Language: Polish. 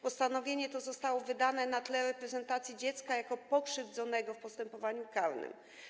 Postanowienie to zostało wydane w związku z reprezentacją dziecka jako pokrzywdzonego w postępowaniu karnym.